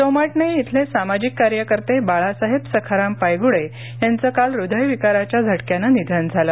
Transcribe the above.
सोमाटणे इथले सामाजिक कार्यकर्ते बाळासाहेब सखाराम पायगुडे यांचं काल हदयविकाराच्या झटक्यानं निधन झालं